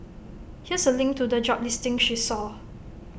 here's A link to the job listing she saw